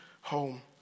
home